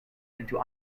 into